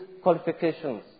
Qualifications